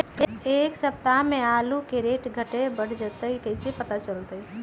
एक सप्ताह मे आलू के रेट घट ये बढ़ जतई त कईसे पता चली?